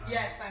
Yes